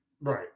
right